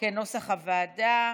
כנוסח הוועדה.